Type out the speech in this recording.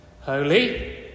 Holy